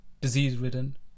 disease-ridden